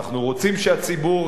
אנחנו רוצים שהציבור,